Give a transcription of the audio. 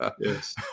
yes